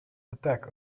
attack